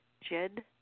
Jed